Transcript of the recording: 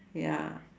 ya